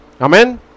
Amen